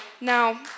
Now